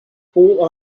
all